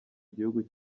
gihugu